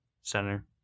Center